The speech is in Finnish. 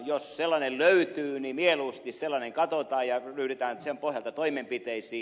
jos sellainen löytyy niin mieluusti sellainen katsotaan ja ryhdytään sen pohjalta toimenpiteisiin